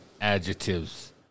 adjectives